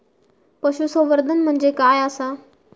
पशुसंवर्धन म्हणजे काय आसा?